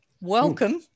Welcome